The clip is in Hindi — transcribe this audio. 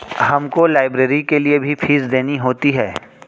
हमको लाइब्रेरी के लिए भी फीस देनी होती है